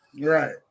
Right